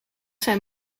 zijn